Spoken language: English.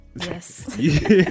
Yes